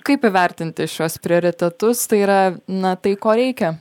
kaip įvertinti šiuos prioritetus tai yra na tai ko reikia